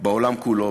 בעולם כולו,